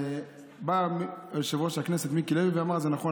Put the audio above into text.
ובא יושב-ראש הכנסת מיקי לוי ואמר: זה נכון,